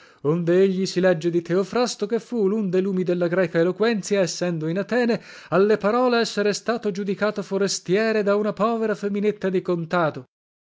onde egli si legge di teofrasto che fu lun de lumi della greca eloquenzia essendo in atene alle parole essere stato giudicato forestiere da una povera feminetta di contado